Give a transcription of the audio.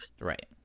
Right